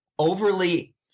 overly